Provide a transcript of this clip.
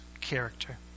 character